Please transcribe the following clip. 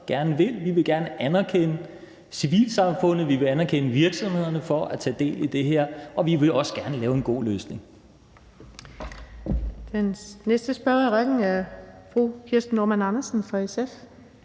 Vi vil gerne anerkende civilsamfundet, vi vil anerkende virksomhederne for at tage del i det her, og vi vil også gerne lave en god løsning.